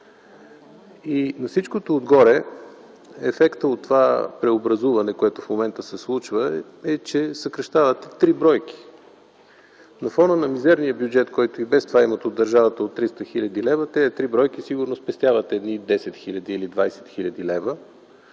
На всичкото отгоре ефектът от преобразуването, което в момента се случва, е, че съкращавате три бройки. На фона на мизерния бюджет, който и без това има от държавата в размер на 300 хил. лв., с тези три бройки сигурно спестявате 10 или 20 хил.